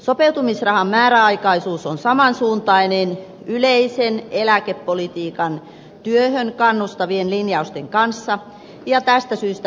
sopeutumisrahan määräaikaisuus on saman suuntainen yleisen eläkepolitiikan työhön kannustavien linjausten kanssa ja tästä syystä perusteltu